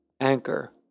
Anchor